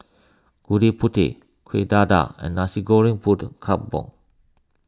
Gudeg Putih Kueh Dadar and Nasi Goreng Kampung